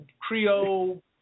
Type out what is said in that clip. Creole